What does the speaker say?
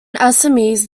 assamese